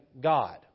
God